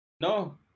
No